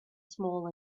small